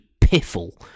piffle